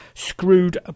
Screwed